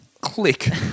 Click